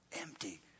Empty